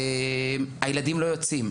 והילדים לא יוצאים.